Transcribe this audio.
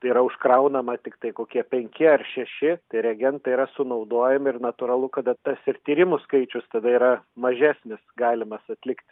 tai yra užkraunama tiktai kokie penki ar šeši tai reagentai yra sunaudojami ir natūralu kada tas ir tyrimų skaičius tada yra mažesnis galima atlikti